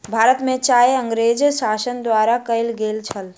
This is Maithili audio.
भारत में चाय अँगरेज़ शासन द्वारा कयल गेल छल